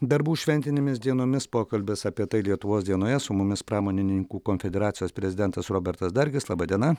darbų šventinėmis dienomis pokalbis apie tai lietuvos dienoje su mumis pramonininkų konfederacijos prezidentas robertas dargis laba diena